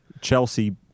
Chelsea